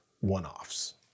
one-offs